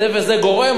זה וזה גורם,